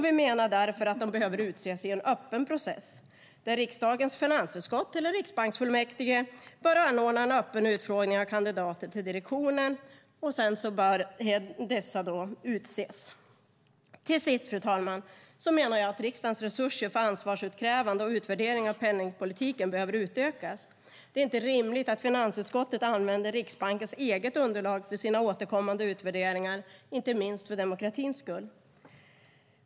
Vi menar därför att direktionens ledamöter ska utses i en öppen process, där riksdagens finansutskott eller riksbanksfullmäktige bör anordna en öppen utfrågning av kandidater till direktionen, och sedan bör dessa utses. Till sist, fru talman, menar jag att riksdagens resurser för ansvarsutkrävande och utvärdering av penningpolitiken behöver utökas. Det är inte rimligt att finansutskottet använder Riksbankens eget underlag för sina återkommande utvärderingar inte minst för demokratins skull.